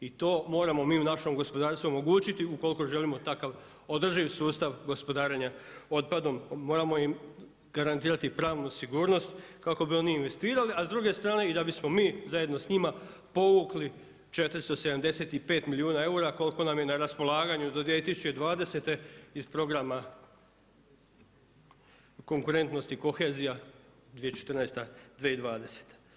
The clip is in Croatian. I to moramo mi u našem gospodarstvu omogućiti ukoliko želimo takav održiv sustav gospodarenja otpadom moramo im garantirati pravnu sigurnost kako bi oni investirali, a s druge strane i da bismo mi zajedno s njima povukli 475 milijuna eura koliko nam je na raspolaganju do 2020. iz programa konkurentnosti i kohezija 2014./2020.